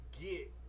get